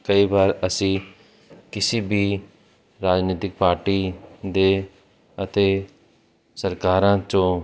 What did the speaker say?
ਕਈ ਵਾਰ ਅਸੀਂ ਕਿਸੇ ਵੀ ਰਾਜਨੀਤਿਕ ਪਾਰਟੀ ਦੇ ਅਤੇ ਸਰਕਾਰਾਂ 'ਚੋਂ